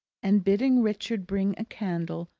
and bidding richard bring a candle,